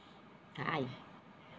I